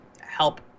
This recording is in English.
help